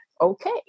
Okay